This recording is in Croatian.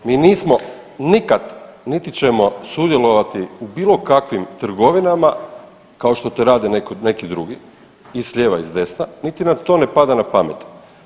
Mi nismo nikad niti ćemo sudjelovati u bilo kakvim trgovinama kao što to rade neki drugi i s lijeva i s desna, niti nam to ne pada na pamet.